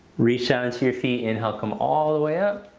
reach down into your feet, inhale come all the way up.